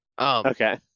okay